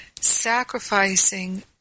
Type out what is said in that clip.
sacrificing